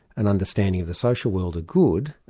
an understanding of the social world of good,